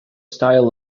style